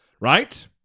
Right